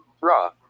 raw